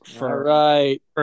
Right